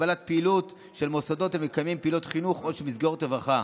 הגבלת פעילות של מוסדות המקיימים פעילויות חינוך או של מסגרות רווחה